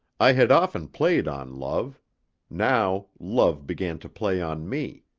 i had often played on love now love began to play on me.